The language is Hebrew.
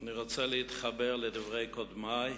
אני רוצה להתחבר לדברי קודמי,